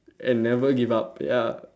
and never give up ya